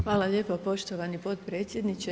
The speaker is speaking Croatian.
Hvala lijepa poštovani potpredsjedniče.